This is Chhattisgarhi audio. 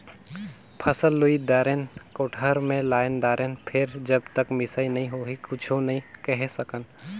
फसल लुई दारेन, कोठार मे लायन दारेन फेर जब तक मिसई नइ होही कुछु नइ केहे सकन